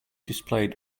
displayed